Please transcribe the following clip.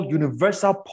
universal